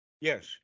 Yes